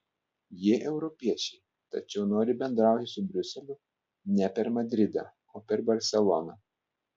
jie europiečiai tačiau nori bendrauti su briuseliu ne per madridą o per barseloną